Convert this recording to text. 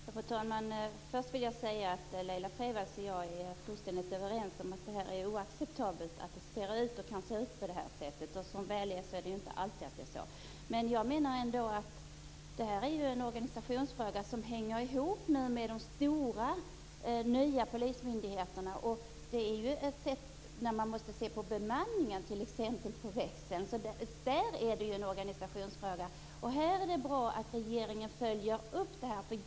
Fru talman! Först vill jag säga att Laila Freivalds och jag är fullständigt överens om att det är oacceptabelt att det kan se ut på detta sätt. Som väl är förhåller det sig inte alltid på det sättet. Jag menar ändå att detta är en organisationsfråga som hänger ihop med de stora nya polismyndigheterna. När man ser på bemanningen av växeln är det ju en organisationsfråga. Det är bra att regeringen följer upp detta.